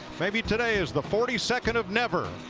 maybe today is the forty second of never.